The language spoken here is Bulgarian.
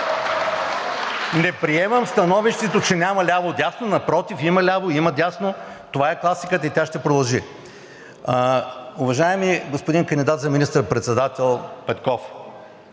Не приемам становището, че няма ляво – дясно. Напротив, има ляво, има дясно. Това е класиката, и тя ще продължи. Уважаеми господин кандидат за министър-председател Петков,